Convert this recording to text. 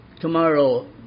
tomorrow